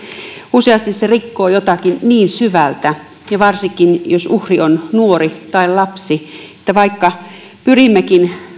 useasti se rikkoo jotakin niin syvältä varsinkin jos uhri on nuori tai lapsi että vaikka pyrimmekin